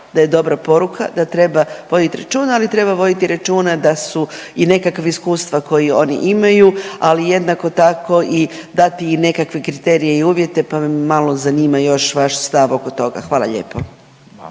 da je dobra poruka, da treba voditi računa, ali treba voditi računa da su i nekakva iskustva koji oni imaju, ali jednako tako i dati i nekakve kriterije i uvjete, pa me malo zanima još vaš stav oko toga. Hvala lijepo.